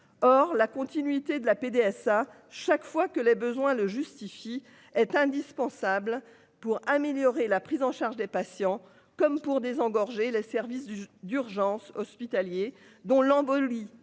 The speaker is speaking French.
Or la continuité de la PDVSA. Chaque fois que les besoins le justifie est indispensable pour améliorer la prise en charge des patients comme pour désengorger les services du d'urgence hospitaliers dont l'embolie.